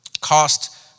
cost